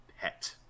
pet